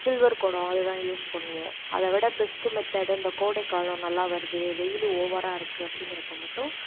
silver குடம் அதுதான் use பண்ணுவோம் அதைவிட பெஸ்ட்டு மெத்தேடு இந்த கோடைக்காலம் நல்லா வருது வெயில் ஓவராக இருக்குது அப்படிங்கிறப்ப மட்டும்